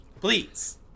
Please